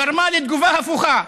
גרמה לתגובה הפוכה.